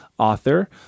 author